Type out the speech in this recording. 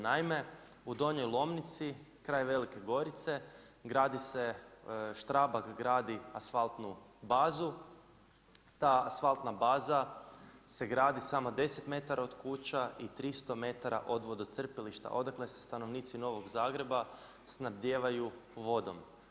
Naime, u Donjoj Lomnici kraj Velike Gorice, Strabag gradi asfaltnu bazu, ta asfaltna baza se gradi samo 10 metara od kuća i 300 metara od vodocrpilišta, odakle se stanovnici Novog Zagreba snabdijevaju vodom.